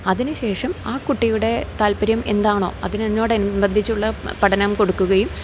അതിന് ശേഷം ആ കുട്ടിയുടെ താൽപര്യം എന്താണോ അതിനോട് അനുബന്ധിച്ചുള്ള പഠനം കൊടുക്കുകയും